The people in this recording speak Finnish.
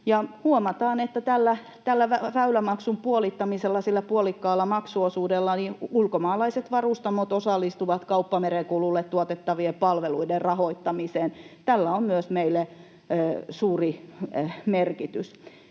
Huomataan, että tällä väylämaksun puolittamisella, sillä puolikkaalla maksuosuudella, ulkomaalaiset varustamot osallistuvat kauppamerenkululle tuotettavien palveluiden rahoittamiseen. Tällä on meille myös suuri merkitys.